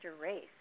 race